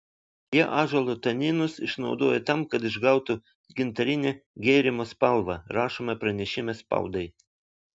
jie ąžuolo taninus išnaudoja tam kad išgautų gintarinę gėrimo spalvą rašoma pranešime spaudai